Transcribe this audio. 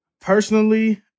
personally